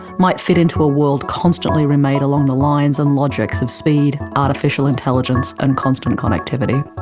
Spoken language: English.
might fit into a world constantly remade along the lines and logics of speed, artificial intelligence and constant connectivity.